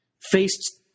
faced